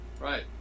Right